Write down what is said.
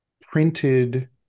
printed